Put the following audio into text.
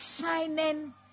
shining